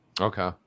Okay